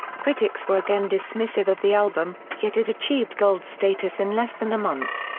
critics were again dismissive of the album, yet it achieved gold status in less than a month.